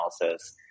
analysis